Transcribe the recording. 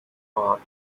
part